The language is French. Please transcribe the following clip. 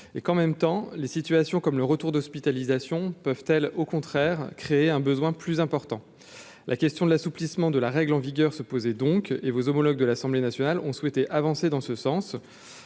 et qu'en même temps les situations comme le retour d'hospitalisation peuvent-elles au contraire créer un besoin plus important, la question de l'assouplissement de la règle en vigueur se poser donc et vos homologues de l'Assemblée nationale ont souhaité avancer dans ce sens,